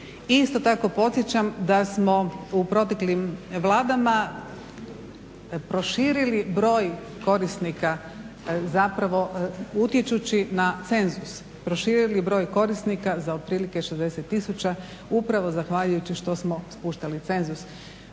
isto tako podsjećam da smo u proteklim Vladama proširili broj korisnika, zapravo utječući na cenzus, proširili broj korisnika za otprilike 60 tisuća, upravo zahvaljujući što smo spuštali cenzus.